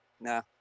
Nah